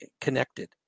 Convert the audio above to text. connected